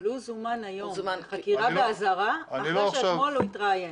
אבל הוא זומן היום לחקירה באזהרה אחרי שאתמול הוא התראיין.